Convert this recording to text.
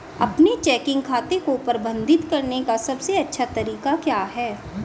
अपने चेकिंग खाते को प्रबंधित करने का सबसे अच्छा तरीका क्या है?